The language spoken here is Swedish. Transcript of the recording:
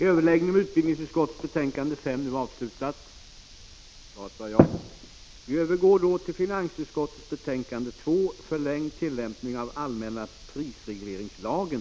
Kammaren övergår nu till att debattera finansutskottets betänkande 2 om förlängd tillämpning av allmänna prisregleringslagen.